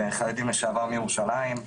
חרדים לשעבר מירושלים,